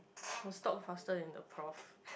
must stop faster in the prof